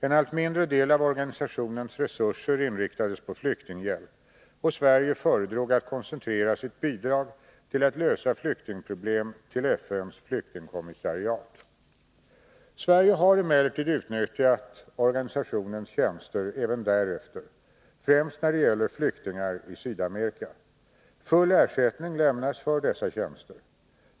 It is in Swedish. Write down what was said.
En allt mindre del av organisationens resurser inriktades på flyktinghjälp, och Sverige föredrog att koncentrera sitt bidrag till att lösa flyktingproblem till FN:s flyktingkommissariat. Sverige har emellertid utnyttjat organisationens tjänster även därefter, främst när det gäller flyktingar i Sydamerika. Full ersättning lämnas för dessa tjänster.